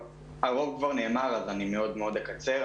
הרוב כבר נאמר אז אני מאוד מאוד אקצר,